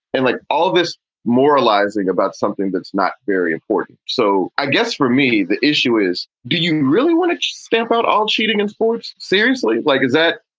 and like all this moralizing about something, that's not very important. so i guess for me, the issue is, do you really want to stamp out all cheating in sports? seriously like that?